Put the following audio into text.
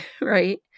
right